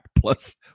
plus